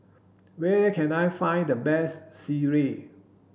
where can I find the best Sireh